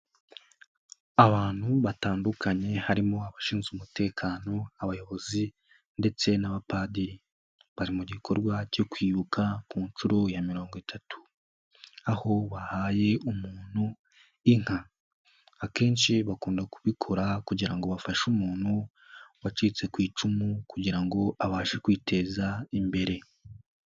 Abantu batandukanye harimo abashinzwe umutekano, abayobozi ndetse n'abapadiri, bari mu gikorwa cyo kwibuka ku nshuro ya mirongo itatu, aho bahaye umuntu inka, akenshi bakunda kubikora kugira ngo bafashe umuntu wacitse ku icumu, kugira ngo abashe kwiteza imbere.